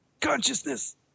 consciousness